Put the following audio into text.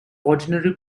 ordinary